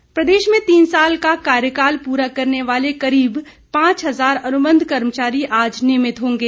अनुबंध कर्मचारी प्रदेश में तीन साल का कार्यकाल प्ररा करने वाले करीब पांच हजार अनुबंध कर्मचारी आज नियमित होंगे